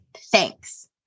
Thanks